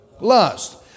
lust